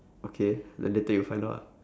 okay then later you find out ah